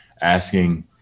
asking